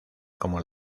como